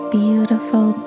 beautiful